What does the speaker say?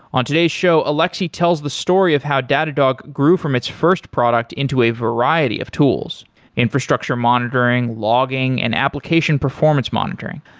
on today's show, alexi tells the story of how datadog grew from its first product into a variety of tools infrastructure monitoring, logging, and application performance monitoring.